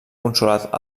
consolat